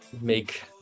make